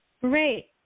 Great